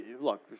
Look